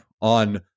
on